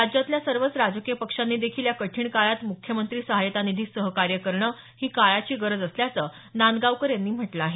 राज्यातल्या सर्वच राजकीय पक्षांनी देखील या कठीण काळात मुख्यमंत्री सहाय्यता निधीस सहकार्य करण ही काळाची गरज असल्याचं नांदगावकर यांनी म्हटलं आहे